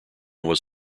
was